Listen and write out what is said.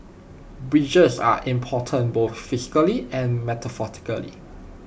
bridges are important both physically and metaphorically